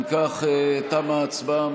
אם כך, תמה ההצבעה.